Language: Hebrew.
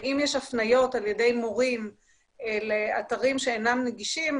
אם יש הפניות על ידי מורים לאתרים שאינם נגישים,